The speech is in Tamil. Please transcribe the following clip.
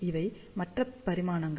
இவை மற்ற பரிமாணங்கள்